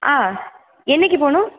ஆ என்னைக்கு போகனும்